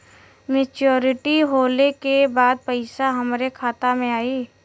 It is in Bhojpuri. मैच्योरिटी होले के बाद पैसा हमरे खाता में आई?